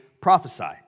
prophesy